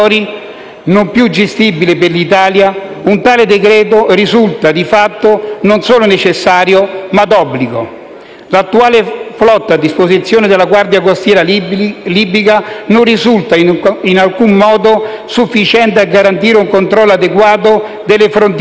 non più gestibili per l'Italia, un tale decreto risulta, di fatto, non solo necessario ma d'obbligo. L'attuale flotta a disposizione della guardia costiera libica non risulta in alcun modo sufficiente a garantire un controllo adeguato delle frontiere